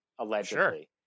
Allegedly